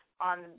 on